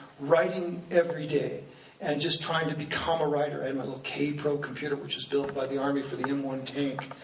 writing every day and just trying to become a writer. i had my little kaypro computer, which was built by the army for the m one tank.